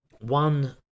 One